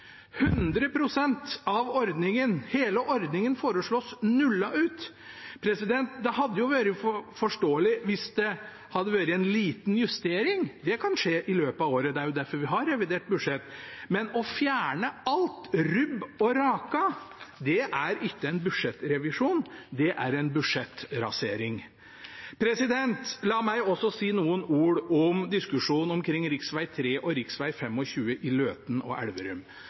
hele ordningen – foreslås nullet ut. Det hadde vært forståelig hvis det hadde vært en liten justering, det kan skje i løpet av året – det er jo derfor vi har revidert budsjett – men å fjerne alt, rubb og rake, er ikke en budsjettrevisjon, det er en budsjettrasering. La meg også si noen ord om diskusjonen omkring rv. 3 og rv. 25 i Løten og Elverum.